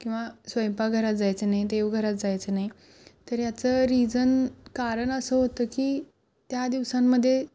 किंवा स्वयंपाक घरात जायचं नाही देवघरात जायचं नाही तर याचं रिजन कारण असं होतं की त्या दिवसामध्ये